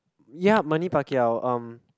ya Manny-Pacquiao um